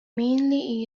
mainly